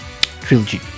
Trilogy